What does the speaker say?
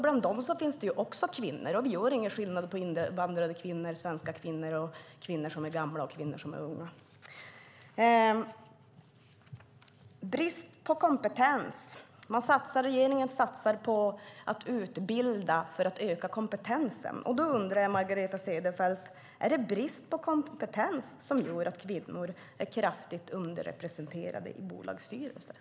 Bland dem finns det också kvinnor, och vi gör ingen skillnad mellan invandrade kvinnor och svenska kvinnor och mellan gamla och unga kvinnor. Regeringen satsar på att utbilda för att öka kompetensen. Då undrar jag om det är brist på kompetens som gör att kvinnor är kraftigt underrepresenterade i bolagsstyrelser.